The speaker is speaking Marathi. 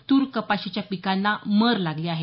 तूर कपाशीच्या पिकांना मर लागली आहे